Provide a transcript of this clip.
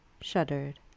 shuddered